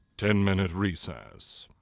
ten minute recess!